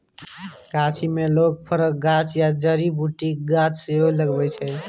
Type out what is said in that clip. गाछी मे लोक फरक गाछ या जड़ी बुटीक गाछ सेहो लगबै छै